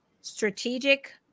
strategic